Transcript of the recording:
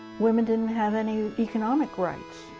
women didn't have any economic rights.